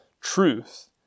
truth